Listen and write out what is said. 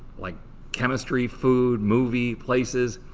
like chemistry, food, movies, places,